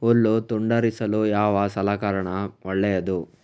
ಹುಲ್ಲು ತುಂಡರಿಸಲು ಯಾವ ಸಲಕರಣ ಒಳ್ಳೆಯದು?